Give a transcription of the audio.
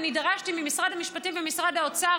אני דרשתי ממשרד המשפטים ומשרד האוצר